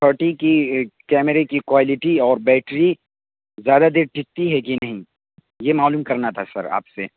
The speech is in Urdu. تھرٹی کی کیمرے کی کوائلیٹی اور بیٹری زیادہ دیر ٹکتی ہے کہ نہیں یہ معلوم کرنا تھا سر آپ سے